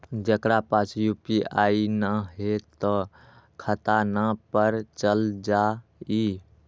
जेकरा पास यू.पी.आई न है त खाता नं पर चल जाह ई?